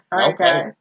okay